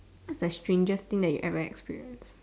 what's the strangest thing that you ever experienced